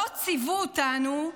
לא ציוו אותנו: